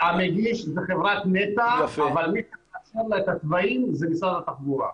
המגיש זה חברת נת"ע אבל מי שנותן לה את התוואים זה משרד התחבורה.